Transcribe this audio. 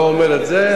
הוא לא אומר את זה,